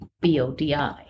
B-O-D-I